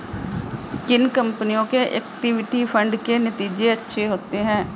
किन कंपनियों के इक्विटी फंड के नतीजे अच्छे हैं?